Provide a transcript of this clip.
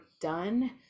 done